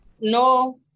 no